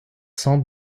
cents